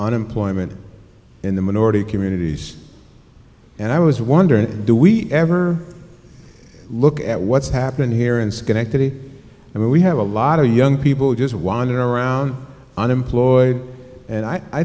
on employment in the minority communities and i was wondering do we ever look at what's happened here in schenectady and we have a lot of young people just wandering around unemployed and i